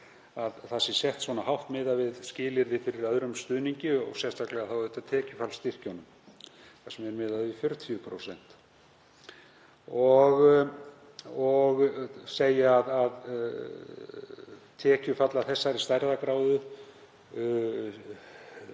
að það sé sett svona hátt miðað við skilyrði fyrir öðrum stuðningi og sérstaklega þá tekjufallsstyrkjunum, þar sem miðað er við 40%, og segir að tekjufall af þessari stærðargráðu